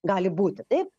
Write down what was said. gali būti taip